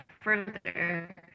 further